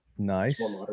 nice